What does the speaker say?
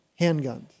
handguns